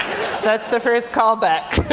that's the first callback,